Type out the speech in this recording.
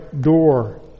door